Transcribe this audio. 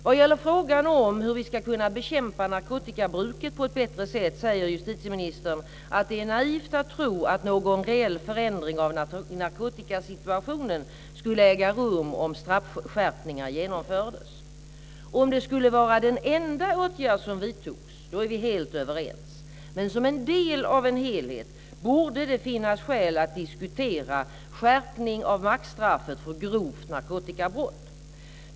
Vad gäller frågan om hur vi ska kunna bekämpa narkotikabruket på ett bättre sätt säger justitieministern att det är naivt att tro att någon reell förändring av narkotikasituationen skulle äga rum om straffskärpningar genomfördes. Om det skulle vara den enda åtgärd som vidtogs är vi helt överens. Men som en del av en helhet borde det finnas skäl att diskutera skärpning av maxstraffet för grovt narkotikabrott.